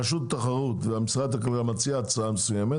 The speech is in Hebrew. רשות התחרות ומשרד הכלכלה מציעים הצעה מסוימת